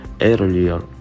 earlier